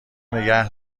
نگه